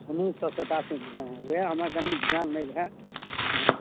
उन्नीस सए सतासीमे हँ वएह हमरा कनी ध्यान नहि रहै तैं